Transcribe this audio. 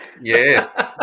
Yes